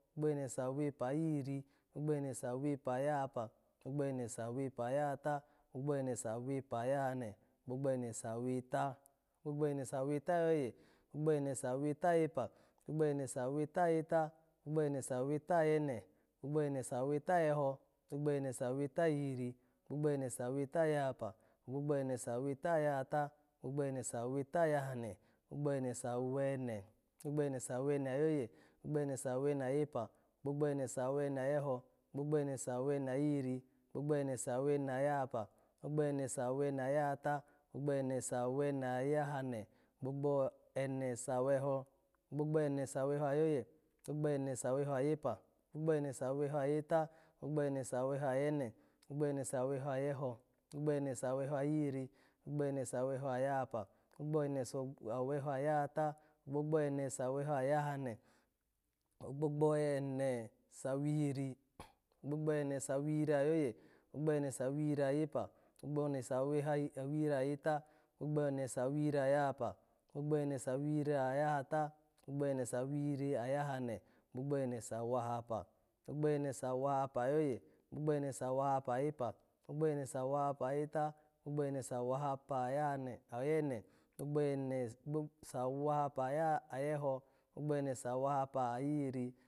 Gbogbo ene sawepa ayihiri, gbogbo ene sawepa ayahapa, gbogbo ene sawepa ayahata, gbogbo ene sawepa ayahane, gbogbo ene saweta, gbogbo ene saweta ayoye, gbogbo ene saweta ayepa, gbogbo ene saweta ayeta, gbogbo ene saweta ayene, gbogbo ene saweta ayeho, gbogbo ene saweta ayihiri, gbogbo ene saweta ayahapa, gbogbo ene saweta ayahata, gbogbo ene saweta ayahane, gbogbo ene sawene, gbogbo ene sawene ayoye, gbogbo ene sawene ayepa, gbogbo ene sawene ayeho, gbogbo ene sawene ayihiri, gbogbo ene sawene ayahapa, gbogbo ene sawene ayahata, gbogbo ene sawene ayahane, gbogbo-ene saweho, gbogbo ene saweho ayoye, gbogbo ene saweho ayepa, gbogbo ene saweho ayeta, gbogbo ene saweho ayene, gbogbo ene saweho ayeho, gbogbo ene saweho ayihiri, gbogbo ene saweho ayahapa, gbogbo ene soghaweho ayahata, gbogbo ene saweho ayahane, ogbogbo ene sawihiri, gbogbo ene sawihiri ayoye, gbogbo ene sawihiri ayepa, gbo ene saweha awihiri ayeta, gbogbo ene sawihiri ayahapa, gbogbo ene sawihiri ayahata, gbogbo ene sawihiri ayahane, gbogbo ene sawahapa, gbogbo ene sawahapa ayoye, gbogbo ene sawahapa ayepa, gbogbo ene sawahapa ayeta, gbogbo ene sawahapa ayahane-ayene, gbogbo ene-sa-wahapa aya-ayeho, gbogbo ene sawahapa ayihiri.